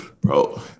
Bro